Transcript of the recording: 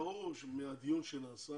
ברור מהדיון שנעשה